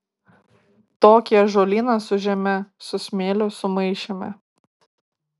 tokį ąžuolyną su žeme su smėliu sumaišėme